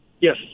Yes